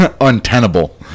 untenable